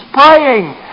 praying